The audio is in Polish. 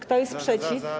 Kto jest przeciw?